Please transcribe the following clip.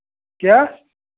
क्या